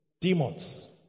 demons